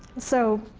so